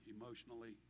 emotionally